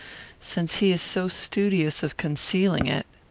since he is so studious of concealing it.